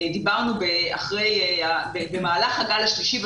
דיברנו במהלך הגל השלישי,